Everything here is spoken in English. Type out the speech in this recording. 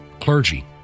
clergy